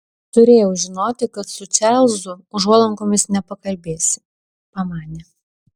turėjau žinoti kad su čarlzu užuolankomis nepakalbėsi pamanė